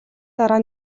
дараа